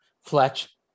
Fletch